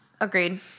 Agreed